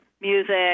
music